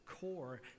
core